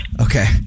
Okay